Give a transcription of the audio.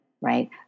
right